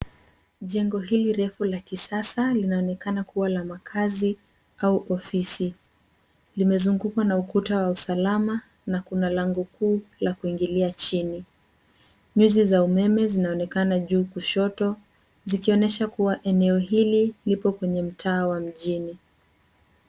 Jengo hili refu la kisasa linaonekana kua la makazi au ofisi. Limezungukwa na ukuta wa usalama, na kuna lango kuu la kuingilia chini. Nyuzi za umeme zinaonekana juu kushoto, zikionyesha kua eneo hili lipo kwenye mtaa wa mjini.